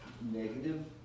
negative